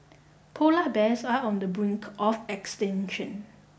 polar bears are on the brink of extinction